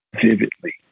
vividly